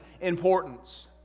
importance